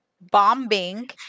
bombing